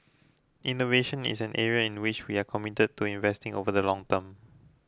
innovation is an area in which we are committed to investing over the long term